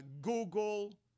Google